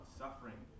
suffering